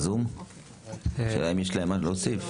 יש להם מה להוסיף?